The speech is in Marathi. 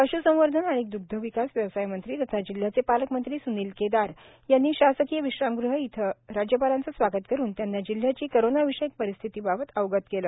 पश्संवर्धन व द्ग्धविकास व्यवसाय मंत्री तथा जिल्ह्याचे पालकमंत्री स्नील केदार यांनी शासकीय विश्राम गृह येथे राज्यपालांचे स्वागत करुन त्यांना जिल्ह्याची कोरोना विषयक परिस्थिती बाबत अवगत केले